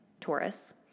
Taurus